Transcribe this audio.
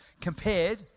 compared